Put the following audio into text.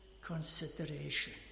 consideration